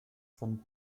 von